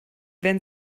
wären